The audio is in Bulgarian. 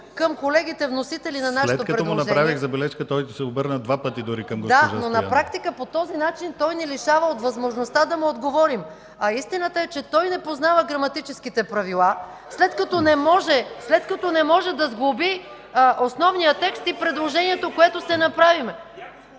към колегите – вносители на нашето предложение. ПРЕДСЕДАТЕЛ ДИМИТЪР ГЛАВЧЕВ: След като му направих забележка той се обърна дори два пъти към госпожа Стоянова. МАЯ МАНОЛОВА: Да, но на практика по този начин той ни лишава от възможността да му отговорим, а истината е, че той не познава граматическите правила, след като не може да сглоби основният текст и предложението, което сме направили.